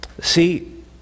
See